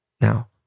Now